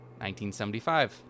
1975